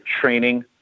training